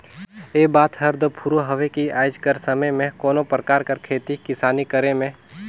ए बात हर दो फुरों हवे कि आएज कर समे में कोनो परकार कर खेती किसानी करे में